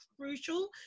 crucial